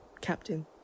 captain